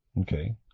okay